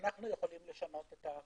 אנו יכולים לשנות את הכללים.